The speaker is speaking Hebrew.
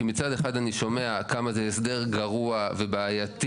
כי מצד אחד אני רואה כמה זה הסדר גרוע ובעייתי